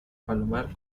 palomar